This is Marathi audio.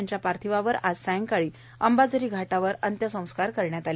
त्यांच्या पार्थिवावर आज सायंकाळी अंबाझरी घाटावर अंत्यसंस्कार करण्यात आले